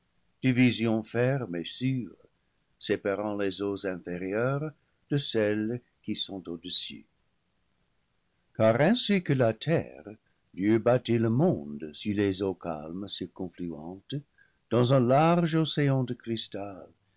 division ferme et sûre séparant les eaux inférieures de celles qui sont au des sus car ainsi que la terre dieu bâtit le monde sur les eaux calmes circonfluentes dans un large océan de cristal